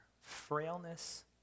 frailness